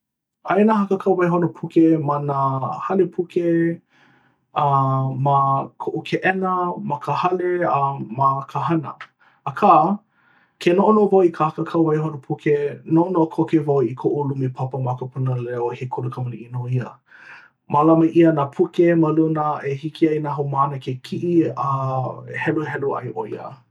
Aia nā hakakau waihona puke ma nā hale puke, uh ma koʻu keʻena ma ka hale a ma ka hana. Akā ke noʻonoʻo wau i ka hakakau waihona puke, noʻonoʻo koke wau i koʻu lumi papa ma ka Pūnana leo he kula kamaliʻi nō ia Mālama ʻia nā puke ma luna e hiki ai nā haumāna ke kiʻi a heluhelu ʻaeʻoia.